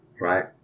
right